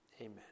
Amen